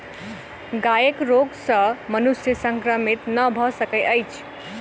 गायक रोग सॅ मनुष्य संक्रमित नै भ सकैत अछि